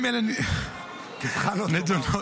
תבחן אותו.